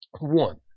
One